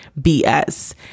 BS